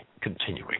continuing